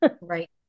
Right